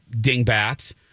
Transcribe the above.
dingbats